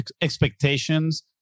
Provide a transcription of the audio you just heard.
Expectations